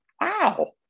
wow